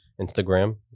instagram